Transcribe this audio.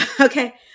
Okay